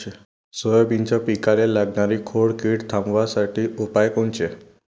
सोयाबीनच्या पिकाले लागनारी खोड किड थांबवासाठी उपाय कोनचे?